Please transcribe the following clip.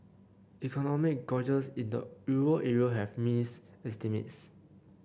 economic gauges in the euro area have miss estimates